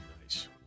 Nice